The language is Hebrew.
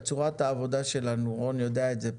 צורת העבודה שלנו רון יודע את זה פה,